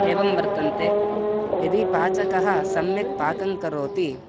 एवं वर्तन्ते यदि पाचकः सम्यक् पाकङ्करोति